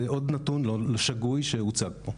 זה עוד נתון שגוי שהוצג פה.